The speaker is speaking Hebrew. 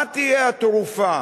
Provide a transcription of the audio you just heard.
מה תהיה התרופה,